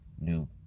new